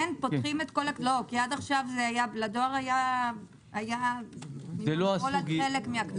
עד עכשיו לדואר היה רק חלק מן הכתובות.